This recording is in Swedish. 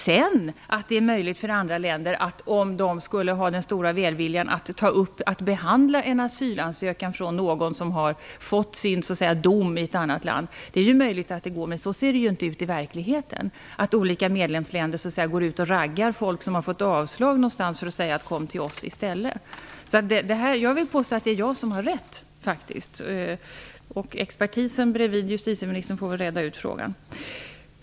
Det är förvisso möjligt för andra länder, om de skulle ha den stora välviljan, att ta upp en asylansökan från någon som har fått sin "dom" i ett annat land till behandling. Det är möjligt att det går att göra så, men så ser det ju inte ut i verkligheten. Olika medlemsländer går inte ut och raggar folk som har fått avslag och säger kom till oss i stället. Jag vill påstå att jag faktiskt har rätt. Expertisen bredvid justitieministern får väl reda ut frågan.